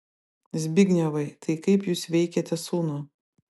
zbignevai tai kaip jūs veikiate sūnų